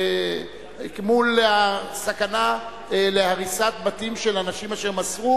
מול הסכנה של הריסת בתים של אנשים שמסרו